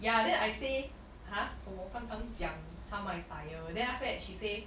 ya then I say !huh! 我刚刚讲它卖 tyre then after that she say